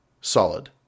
Solid